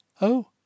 Oh